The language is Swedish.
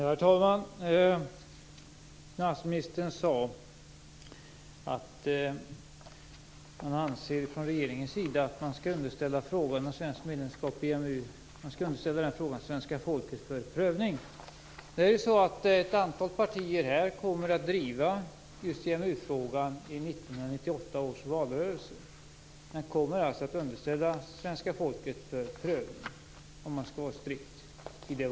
Herr talman! Finansministern sade att regeringen anser att frågan om svenskt medlemskap i EMU skall underställas svenska folket för prövning. Ett antal partier här kommer att driva EMU-frågan under 1998 års valrörelse. Frågan kommer alltså att underställas svenska folket för prövning, om man skall vara strikt.